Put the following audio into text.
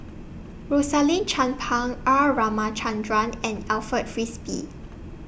Rosaline Chan Pang R Ramachandran and Alfred Frisby